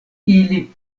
ili